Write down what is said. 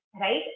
right